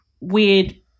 weird